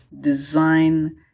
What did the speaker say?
design